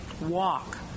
walk